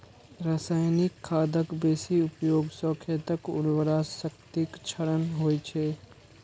रासायनिक खादक बेसी उपयोग सं खेतक उर्वरा शक्तिक क्षरण होइ छै